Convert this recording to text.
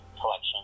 collection